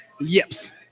Yips